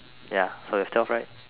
ya so is twelve right